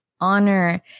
honor